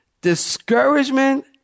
discouragement